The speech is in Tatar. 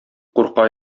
курка